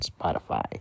Spotify